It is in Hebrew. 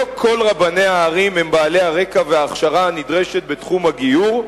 לא כל רבני הערים הם בעלי הרקע וההכשרה הנדרשת בתחום הגיור,